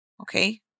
Okay